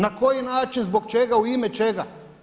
Na koji način, zbog čega, u ime čega?